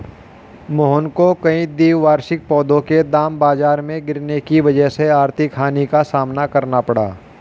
मोहन को कई द्विवार्षिक पौधों के दाम बाजार में गिरने की वजह से आर्थिक हानि का सामना करना पड़ा